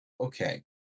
okay